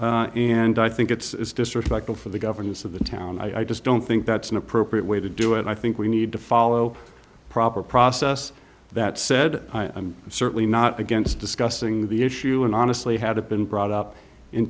and i think it's disrespectful for the governance of the town i just don't think that's an appropriate way to do it i think we need to follow proper process that said i'm certainly not against discussing the issue and honestly had it been brought up in